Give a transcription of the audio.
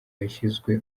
yashyizwe